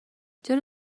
چرا